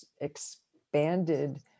expanded